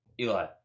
Eli